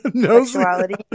sexuality